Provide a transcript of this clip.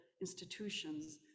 institutions